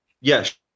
Yes